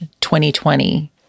2020